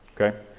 okay